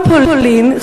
כל פולין,